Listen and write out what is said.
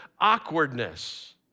awkwardness